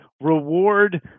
reward